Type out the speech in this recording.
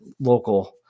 local